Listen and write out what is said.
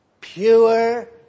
pure